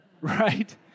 right